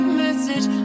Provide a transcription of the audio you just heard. message